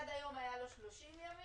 עד היום היה לו 30 ימים.